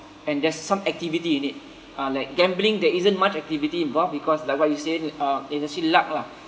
and there's some activity you need uh like gambling there isn't much activity involved because like what you said uh it's actually luck lah